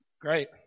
Great